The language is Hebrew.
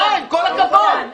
סליחה, עם כל הכבוד, מיקי.